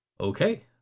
Okay